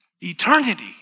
eternity